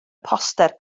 poster